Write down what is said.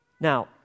Now